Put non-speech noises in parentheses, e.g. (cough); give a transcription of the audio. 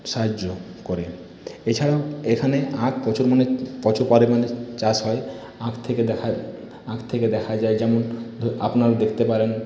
সাহায্য করে এছাড়াও এখানে আখ (unintelligible) প্রচুর পরিমাণে চাষ হয় আখ থেকে দেখা আখ থেকে দেখা যায় যেমন আপনারাও দেখতে পারেন